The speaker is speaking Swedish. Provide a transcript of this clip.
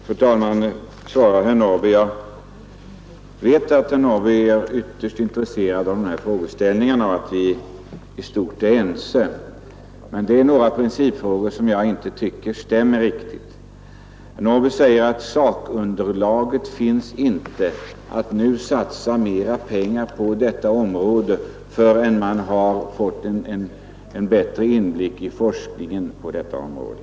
Fru talman! Jag vill svara herr Norrby i Åkersberga att jag vet att han är ytterst intresserad av dessa frågeställningar och att vi i stort sett är ense. Men det är några principfrågor där det enligt min uppfattning inte stämmer riktigt. Herr Norrby säger att det inte finns sakunderlag för att nu satsa mera pengar här förrän man fått en bättre inblick i forskningen på detta område.